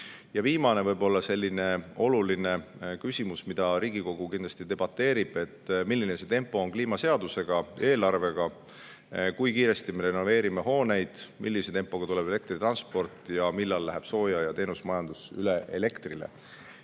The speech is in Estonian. Ja viimane oluline küsimus, mille üle Riigikogu kindlasti debateerib. Milline on tempo kliimaseaduse ja eelarvega? Kui kiiresti me renoveerime hooneid, millise tempoga tuleb elektri transport ning millal läheb sooja- ja teenusmajandus üle elektrile?